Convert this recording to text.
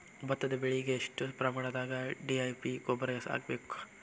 ಭತ್ತದ ಬೆಳಿಗೆ ಎಷ್ಟ ಪ್ರಮಾಣದಾಗ ಡಿ.ಎ.ಪಿ ಗೊಬ್ಬರ ಹಾಕ್ಬೇಕ?